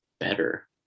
better